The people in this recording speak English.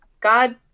God